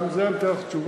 גם על זה אני אתן לך תשובה,